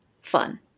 fun